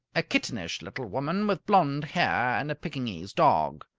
a kittenish little woman with blond hair and a pekingese dog.